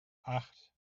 acht